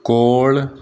ਕੋਲ